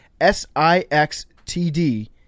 S-I-X-T-D